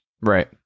Right